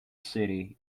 city